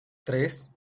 tres